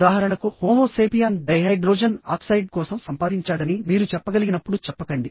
ఉదాహరణకు homo sapien dihydrogen oxide కోసం సంపాదించాడని మీరు చెప్పగలిగినప్పుడు చెప్పకండి